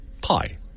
Pi